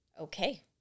Okay